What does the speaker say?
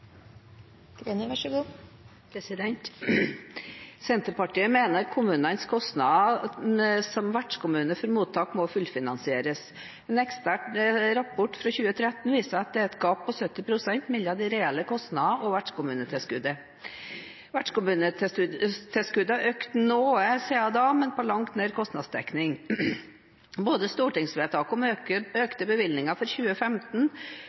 Senterpartiet mener at kommunenes kostnad som vertskommune for mottak må fullfinansieres. En ekspertrapport fra 2013 viser at det er et gap på 70 pst. mellom de reelle kostnadene og vertskommunetilskuddet. Vertskommunetilskuddet har økt noe siden da, men det er på langt nær kostnadsdekning. Både i stortingsvedtaket om økte bevilgninger for 2015